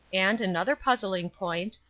and, another puzzling point,